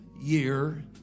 year